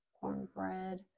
cornbread